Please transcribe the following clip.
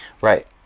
right